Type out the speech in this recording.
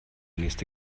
nächste